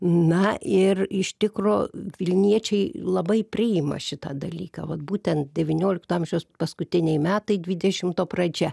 na ir iš tikro vilniečiai labai priima šitą dalyką vat būtent devyniolikto amžiaus paskutiniai metai dvidešimto pradžia